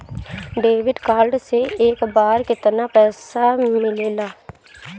Debit card से एक बार मे केतना पैसा निकले ला?